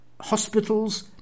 hospitals